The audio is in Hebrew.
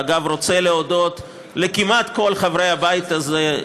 ורוצה להודות כמעט לכל חברי הבית הזה,